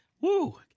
Woo